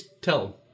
tell